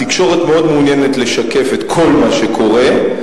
התקשורת מאוד מעוניינת לשקף את כל מה שקורה,